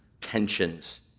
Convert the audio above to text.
tensions